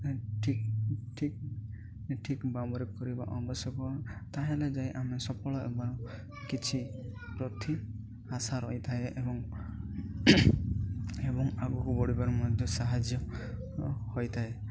ଠିକ୍ ଠିକ୍ ଠିକ୍ ଭାବରେ କରିବା ଅବଶ୍ୟକ ତା'ହେଲେ ଯାଇ ଆମେ ସଫଳ ଏବଂ କିଛି ପ୍ରତି ଆଶା ରହିଥାଏ ଏବଂ ଏବଂ ଆଗୁକୁ ବଢ଼ିବାରେ ମଧ୍ୟ ସାହାଯ୍ୟ ହୋଇଥାଏ